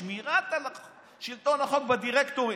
שמירת שלטון החוק בדירקטורים.